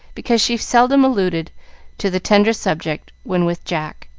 because she seldom alluded to the tender subject when with jack.